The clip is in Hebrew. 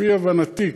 לפי הבנתי,